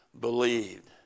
believed